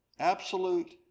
absolute